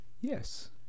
Yes